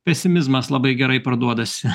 pesimizmas labai gerai parduodasi